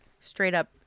Straight-up